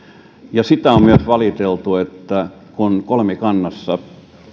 ja myös sitä on valiteltu että kolmikannassa